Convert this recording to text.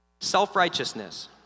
Self-righteousness